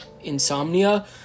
insomnia